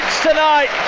tonight